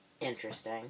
interesting